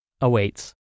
awaits